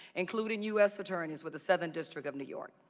including us attorneys with the seventh district of new york?